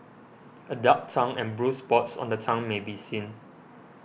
a dark tongue and bruised spots on the tongue may be seen